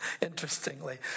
interestingly